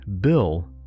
Bill